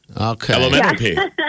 Okay